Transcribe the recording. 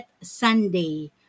Sunday